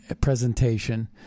presentation